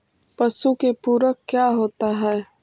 पशु के पुरक क्या क्या होता हो?